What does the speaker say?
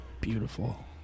Beautiful